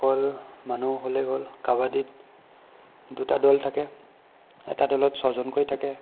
অকল মানুহ হ'লেই হ'ল কাবাডীত দুটা দল থাকে এটা দলত ছয়জনকৈ থাকে